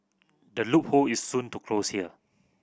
the loophole is soon to close here